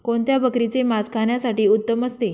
कोणत्या बकरीचे मास खाण्यासाठी उत्तम असते?